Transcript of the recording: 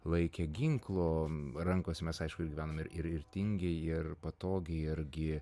laikę ginklo rankose mes aišku ir gyvenome ir ir ir tingiai ir patogiai irgi